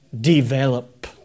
develop